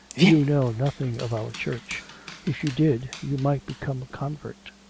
you know nothing of our church if you did, you might become a convert.